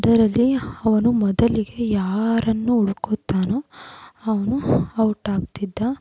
ಅದರಲ್ಲಿ ಅವನು ಮೊದಲಿಗೆ ಯಾರನ್ನು ಹುಡುಕುತ್ತಾನೋ ಅವನು ಔಟ್ ಆಗ್ತಿದ್ದ